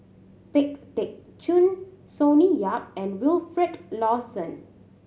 Pang Teck Joon Sonny Yap and Wilfed Lawson